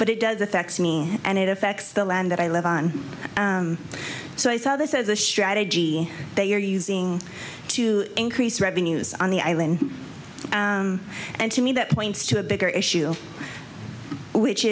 but it does affect me and it affects the land that i live on so i saw this as a strategy they are using to increase revenues on the island and to me that points to a bigger issue which